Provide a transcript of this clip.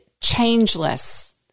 changeless